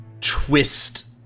twist